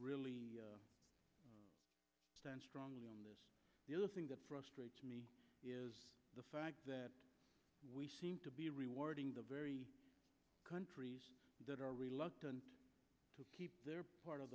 really stand strongly on this the other thing that frustrates me is the fact that we seem to be rewarding the very countries that are reluctant to keep their part of